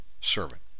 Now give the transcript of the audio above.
servant